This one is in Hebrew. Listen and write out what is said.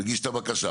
מגיש את הבקשה,